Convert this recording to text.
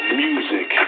music